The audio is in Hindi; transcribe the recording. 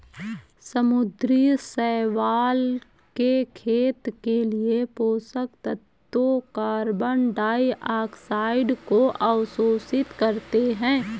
समुद्री शैवाल के खेत के लिए पोषक तत्वों कार्बन डाइऑक्साइड को अवशोषित करते है